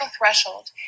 threshold